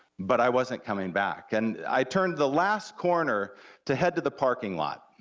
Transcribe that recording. but i wasn't coming back. and i turned the last corner to head to the parking lot,